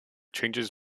changes